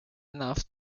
enough